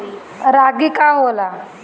रागी का होला?